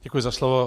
Děkuji za slovo.